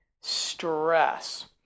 stress